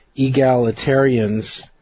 egalitarians